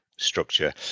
structure